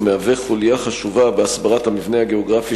ומהווה חוליה חשובה בהסברת המבנה הגיאוגרפי